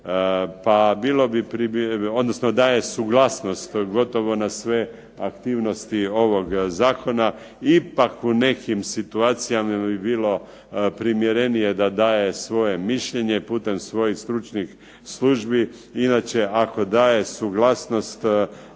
pa bilo bi, odnosno daje suglasnost gotovo na sve aktivnosti ovog zakona. Ipak u nekim situacijama bi bilo primjerenije da daje svoje mišljenje putem svojih stručnih službi. Inače ako daje suglasnost